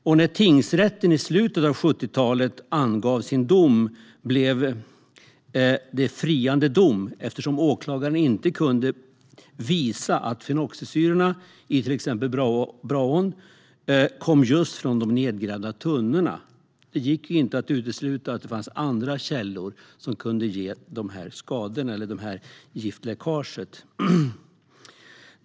Och när tingsrätten i slutet av 70-talet avgav sitt beslut blev det en friande dom, eftersom åklagaren inte kunde visa att fenoxisyrorna i till exempel Braån kom just från de nedgrävda tunnorna. Det gick ju inte att utesluta att det fanns andra källor som kunde ha orsakat giftläckaget.